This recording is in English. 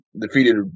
defeated